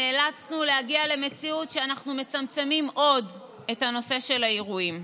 נאלצנו להגיע למציאות שאנחנו מצמצמים עוד את האירועים.